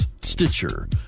Stitcher